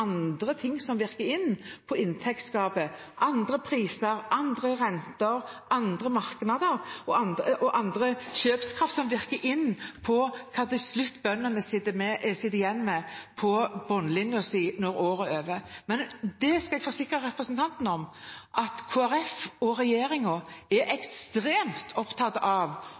andre ting som virker inn på inntektsgapet. Andre priser, andre renter, andre markeder og annen kjøpekraft virker inn på hva bøndene til slutt sitter igjen med på bunnlinjen når året er over. Men det skal jeg forsikre representanten om: Kristelig Folkeparti og regjeringen er ekstremt opptatt av